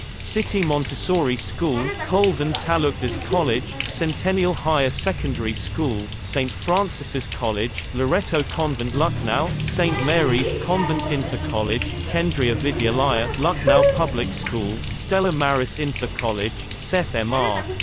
city montessori school, colvin taluqdars' college, centennial higher secondary school, st. francis' college, loreto convent lucknow, st. mary's convent inter college, kendriya vidyalaya, lucknow public school, stella maris inter college, seth m r.